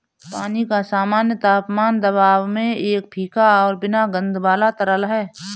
पानी का सामान्य तापमान दबाव में एक फीका और बिना गंध वाला तरल है